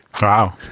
Wow